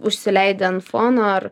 užsileidi ant fono ar